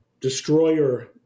destroyer